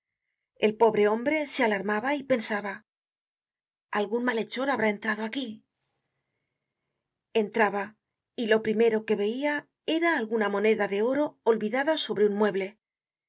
el pobre hombre se alarmaba y pensaba algun malhechor ha brá entrado aquí entraba y lo primero que veia era alguna moneda de oro olvidada sobre un mueble